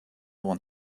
want